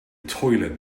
toilet